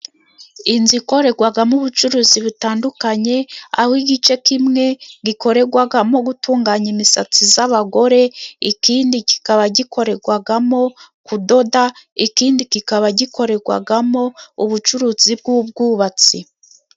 Inzu ikorerwagamo ubucuruzi butandukanye, aho igice kimwe gikorerwagamo gutunganya imisatsi z'abagore, ikindi kikaba gikorerwagamo kudoda, ikindi kikaba gikorerwagamo ubucuruzi bw'ubwubatsi.